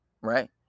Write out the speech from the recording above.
right